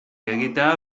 egitea